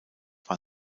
war